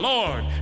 Lord